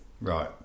Right